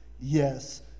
Yes